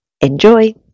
Enjoy